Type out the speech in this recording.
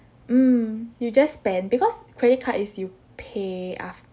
mm you just spend because credit card is you pay after